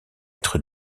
être